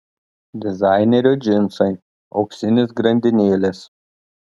dizainerio džinsai auksinės grandinėlės